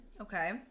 Okay